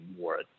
more